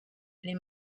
les